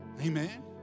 Amen